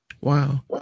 Wow